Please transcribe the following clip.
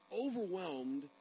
overwhelmed